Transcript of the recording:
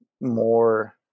more